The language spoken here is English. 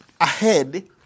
ahead